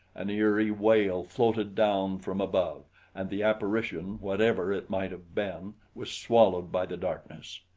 an eerie wail floated down from above and the apparition, whatever it might have been, was swallowed by the darkness.